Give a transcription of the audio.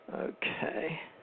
Okay